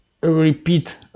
repeat